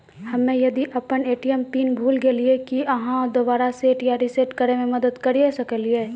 हम्मे यदि अपन ए.टी.एम पिन भूल गलियै, की आहाँ दोबारा सेट या रिसेट करैमे मदद करऽ सकलियै?